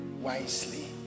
wisely